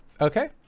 Okay